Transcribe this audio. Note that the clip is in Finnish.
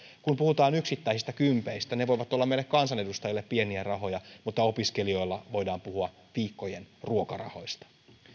kun puhutaan yksittäisistä kympeistä ne voivat olla meille kansanedustajille pieniä rahoja mutta opiskelijoilla voidaan puhua viikkojen ruokarahoista